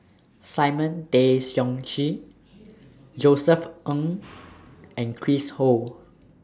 Simon Tay Seong Chee Josef Ng and Chris Ho